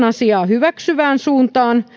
hyväksyvään suuntaan